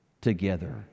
together